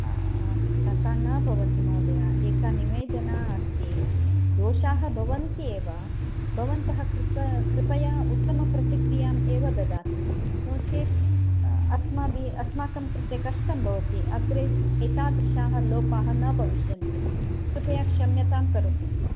तथा न भवति महोदय एका निवेदना अस्ति दोषाः भवन्त्येव भवन्तः कृत्वा कृपया उत्तमप्रतिक्रियाम् एव ददातु नो चेत् अस्माभिः अस्माकं कृते कष्टं भवति अग्रे एतादृशाः लोपाः न भविष्यन्ति कृपया क्षम्यतां करोतु